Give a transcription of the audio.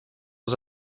els